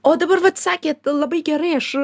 o dabar vat sakėt labai gerai aš